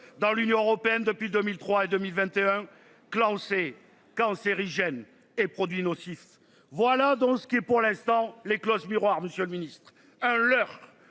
dans l'Union européenne depuis 2003 et 2021. Classé cancérigène et produits nos six. Voilà donc ce qui est pour l'instant les clauses miroirs, Monsieur le Ministre. À l'heure